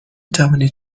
توانید